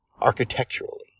architecturally